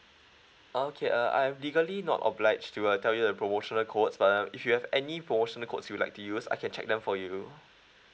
oh okay uh I'm legally not obliged to uh tell you the promotional codes but um if you have any promotional codes you would like to use I can check them for you